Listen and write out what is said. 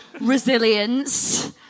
Resilience